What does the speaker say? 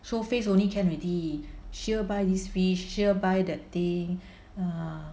show face only can already sure buy this fish sure that thing ah